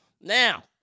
Now